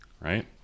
right